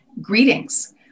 greetings